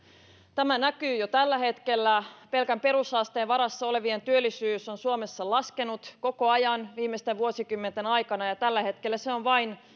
tämä näkyy jo tällä hetkellä pelkän perusasteen varassa olevien työllisyys on suomessa laskenut koko ajan viimeisten vuosikymmenten aikana ja tällä hetkellä se on vain